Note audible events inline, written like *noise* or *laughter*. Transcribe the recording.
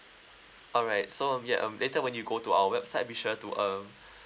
alright so um ya um later when you go to our website be sure to um *breath*